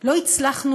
לא הצלחנו